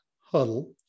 Huddle